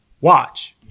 watch